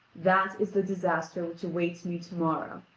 that is the disaster which awaits me to-morrow,